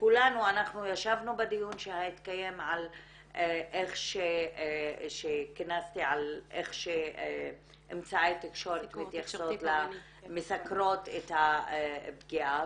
כולנו ישבנו בדיון שכינסתי על איך שאמצעי התקשורת מסקרים את הפגיעה,